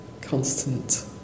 constant